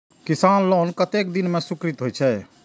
किसान लोन कतेक दिन में स्वीकृत होई छै?